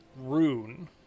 rune